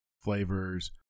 flavors